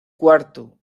cuarto